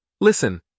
listen